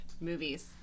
movies